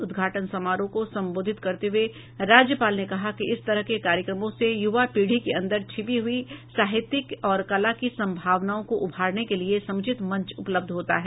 उद्घाटन समारोह को संबोधित करते हुए राज्यपाल ने कहा कि इस तरह के कार्यक्रमों से युवा पीढ़ी के अंदर छिपी हुई साहित्यिक और कला की संभावनाओं को उभारने के लिए समुचित मंच उपलब्ध होता है